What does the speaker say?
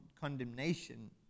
condemnation